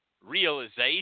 realization